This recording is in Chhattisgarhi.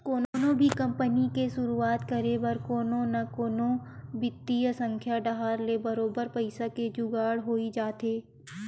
कोनो भी कंपनी के सुरुवात करे बर कोनो न कोनो बित्तीय संस्था डाहर ले बरोबर पइसा के जुगाड़ होई जाथे